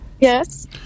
Yes